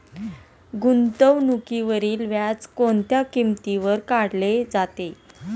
गुंतवणुकीवरील व्याज कोणत्या किमतीवर काढले जाते?